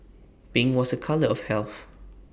pink was A colour of health